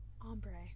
ombre